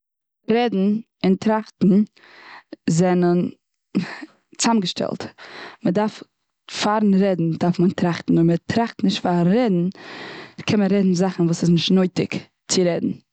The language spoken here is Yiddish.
רעדן אן טראכטן זענען צוזאמגעשטעלט. מ'דארף פארן רעדן דארף מען טראכטן. אויב מ'טראכט נישט פארן רעדן קען מען רעדן זאכן וואס איז נישט נויטיג.